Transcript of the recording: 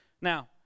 Now